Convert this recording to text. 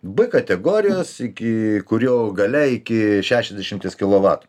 b kategorijos iki kurio galia iki šešiasdešimties kilovatų